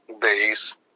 Base